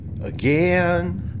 again